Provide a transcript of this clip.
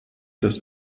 des